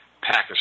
Pakistan